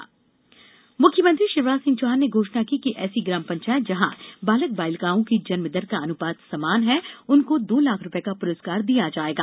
पंचायत इनाम मुख्यमंत्री शिवराज सिंह चौहान ने घोषणा की है कि ऐसी ग्राम पंचायत जहाँ बालक बालिकाओं की जन्म दर का अनुपात समान है को दो लाख रुपये का पुरस्कार दिया जायेगा